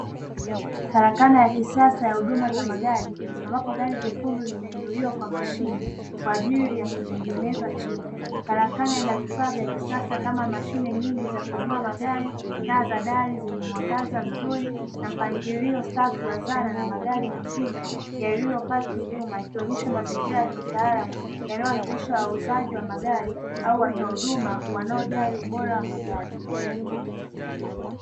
Karakana ya kisasa ya huduma za magari, ambapo gari nyekundu limeinuliwa kwa mashine, kwa ajili ya kutengenezwa chini. Karakana ina vifaa vya kisasa kama mashine nyingi za kuinua magari, taa za dari zenye mwangaza mzuri, na mpangilio safi wa zana na magari mengine yaliyopaki nyuma yakionyesha mazingira ya kitaalamu yanayowakilisha wauzaji wa kitaalama au watoa huduma wanaojali ubora wa magari.